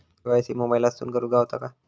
KYC मोबाईलातसून करुक गावता काय?